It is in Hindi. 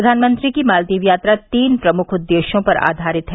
प्रधानमंत्री की मालदीव यात्रा तीन प्रमुख उद्देश्यों पर आधारित है